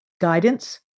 guidance